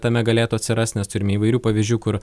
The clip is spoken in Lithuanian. tame galėtų atsirast nes turim įvairių pavyzdžių kur